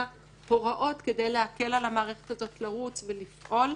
הוראות כדי להקל על המערכת הזאת לרוץ ולפעול.